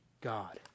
God